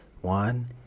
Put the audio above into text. one